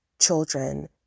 children